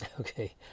Okay